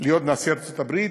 להיות נשיא ארצות-הברית,